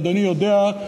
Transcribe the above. ואדוני יודע,